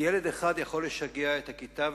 כי ילד אחד יכול לשגע את הכיתה,